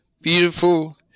beautiful